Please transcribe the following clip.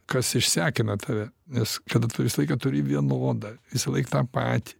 kas išsekina tave nes kada tu visą laiką turi vienodą visąlaik tą patį